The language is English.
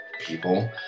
people